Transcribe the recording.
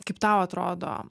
kaip tau atrodo